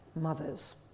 mothers